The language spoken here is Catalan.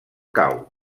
cau